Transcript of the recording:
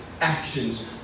actions